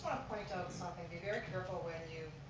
point out something, be very careful when you